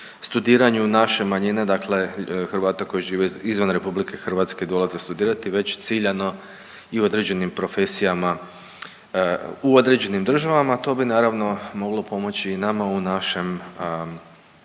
studiranju naše manjine, dakle Hrvata koji žive izvan RH dolaze studirati već ciljano i u određenim profesijama u određenim državama. To bi naravno moglo pomoći i nama u našem